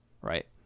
right